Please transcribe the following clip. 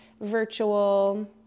virtual